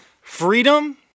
Freedom